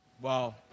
Wow